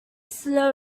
slow